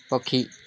ପକ୍ଷୀ